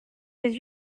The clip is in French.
les